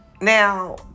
Now